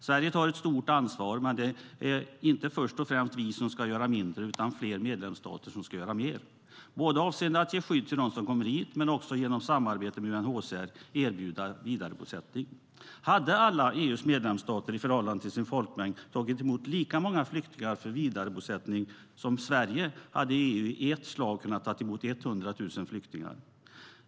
Sverige tar ett stort ansvar, men det är inte först och främst vi som ska göra mindre utan fler medlemsstater som ska göra mer avseende både att ge skydd till dem som kommer hit och att genom samarbete med UNHCR erbjuda vidarebosättning. Hade alla EU:s medlemsstater i förhållande till sin folkmängd tagit emot lika många flyktingar för vidarebosättning som Sverige hade EU i ett slag kunnat ta emot 100 000 flyktingar.